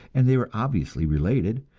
and they were obviously related.